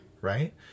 Right